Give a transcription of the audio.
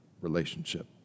relationship